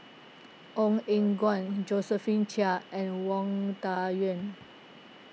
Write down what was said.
Ong Eng Guan Josephine Chia and Wang Dayuan